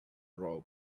road